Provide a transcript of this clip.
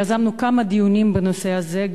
יזמנו כמה דיונים בנושא הזה,